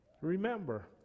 Remember